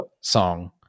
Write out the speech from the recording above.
song